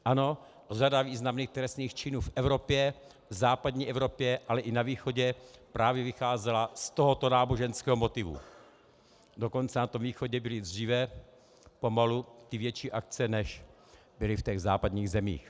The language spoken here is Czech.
Ano, řada významných trestných činů v Evropě, západní Evropě, ale i na východě právě vycházela z tohoto náboženského motivu, dokonce na východě byly dříve pomalu ty větší akce, než byly v západních zemích.